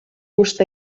gust